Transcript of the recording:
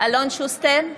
אלון שוסטר,